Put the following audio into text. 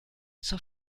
zur